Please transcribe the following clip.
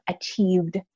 achieved